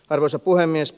arvoisa puhemies